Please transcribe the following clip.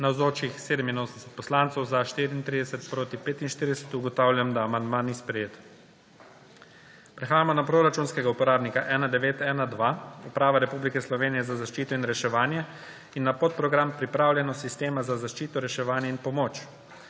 45. (Za je glasovalo 34.) (Proti 45.) Ugotavljam, da amandma ni sprejet. Prehajamo na proračunskega uporabnika 1912 – Uprava Republike Slovenije za zaščito in reševanje in na podprogram Pripravljenost sistema za zaščito, reševanje in pomoč.